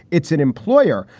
it's an employer.